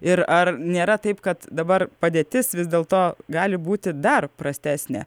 ir ar nėra taip kad dabar padėtis vis dėl to gali būti dar prastesnė